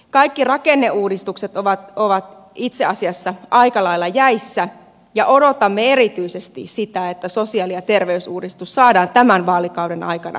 kaikki rakenneuudistukset ovat itse asiassa aika lailla jäissä ja odotamme erityisesti sitä että sosiaali ja terveysuudistus saadaan tämän vaalikauden aikana maaliin